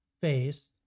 face